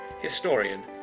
historian